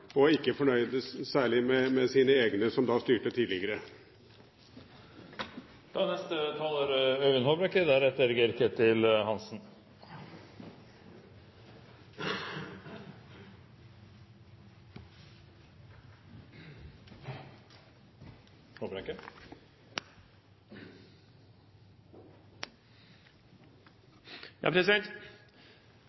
og ikke er særlig fornøyd med sine egne, som styrte tidligere.